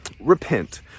repent